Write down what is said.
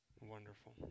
wonderful